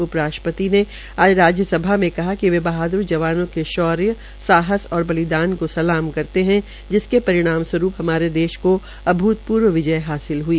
उप राष्ट्रपति ने आज राज्यसभा में कहा कि वे बहाद्र जवानों के शौर्य साहस और बलिदान को सलाम करते है जिसक परिणाम स्वरूप हमादे देश को अभूतप्र्व विजय हासिल हई